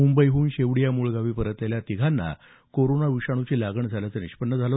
मुंबईहून शेवडी या मूळगावी परतलेल्या तिघांना कोरोना विषाणूची लागण झाल्याचं निष्पन्न झालं